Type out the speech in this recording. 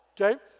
Okay